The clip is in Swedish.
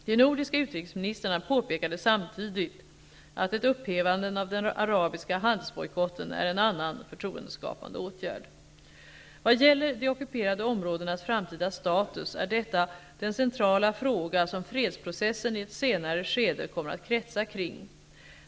De nordiska utrikesministrarna påpekade samtidigt att ''ett upphävande av den arabiska handelsbojkotten är en annan förtroendeskapande åtgärd.'' Vad gäller de ockuperade områdenas framtida status är detta den centrala fråga som fredsprocessen i ett senare skede kommer att kretsa kring.